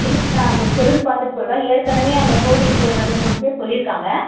இருங்க அந்த ஷெட்யூல் பார்த்துட்டு சொல்கிறேன் ஏற்கனவே அந்தக் கோவிலுக்கு ஒரு ரெண்டு மூணு பேர் சொல்லியிருக்காங்க